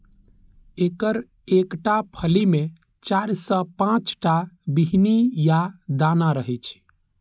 एकर एकटा फली मे चारि सं पांच टा बीहनि या दाना रहै छै